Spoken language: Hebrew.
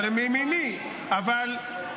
אבל הם מימיני -- השמאלנים.